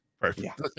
perfect